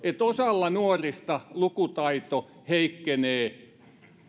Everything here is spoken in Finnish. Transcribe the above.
osalla nuorista lukutaito heikkenee